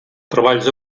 treballs